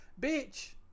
Bitch